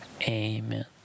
Amen